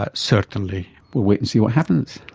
ah certainly. we'll wait and see what happens.